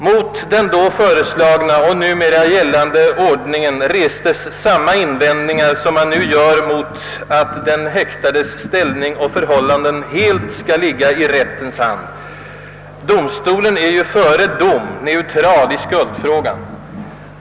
Mot den då föreslagna och numera gällande ordningen restes samma invändningar som nu reses mot att den häktades ställning och förhållanden helt skall ligga i rättens hand. Domstolen är ju före dom neutral i skuldfrågan.